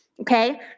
okay